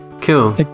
cool